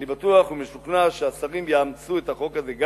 אני בטוח ומשוכנע שהשרים יאמצו גם את החוק הזה,